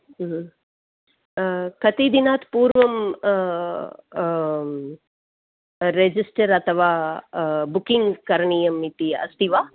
कति दिनात् पूर्वं रिजिस्टर् अथवा बुक्किङ्ग् करणीयम् इति अस्ति वा